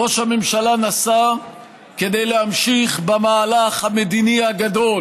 ראש הממשלה נסע כדי להמשיך במהלך המדיני הגדול